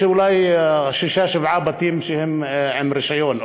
אולי שישה-שבעה בתים הם עם רישיון,